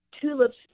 tulips